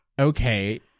okay